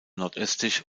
nordöstlich